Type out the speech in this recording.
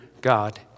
God